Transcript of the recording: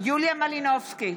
יוליה מלינובסקי,